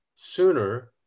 sooner